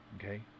Okay